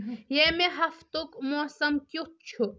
ییٚمہِ ہفتُک موسم کِیُتھ چھُ